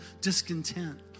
discontent